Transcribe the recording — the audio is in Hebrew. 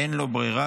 אין לו ברירה,